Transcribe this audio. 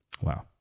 Wow